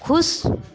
खुश